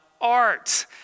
art